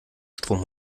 strom